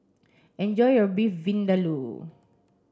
enjoy your Beef Vindaloo